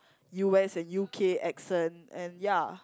U_S and U_K accent and ya